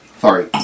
Sorry